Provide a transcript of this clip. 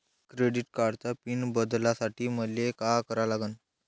Credit कार्डाचा PIN बदलासाठी मले का करा लागन?